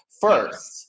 first